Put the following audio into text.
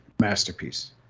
Masterpiece